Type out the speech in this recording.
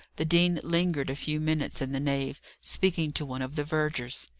the dean lingered a few minutes in the nave, speaking to one of the vergers.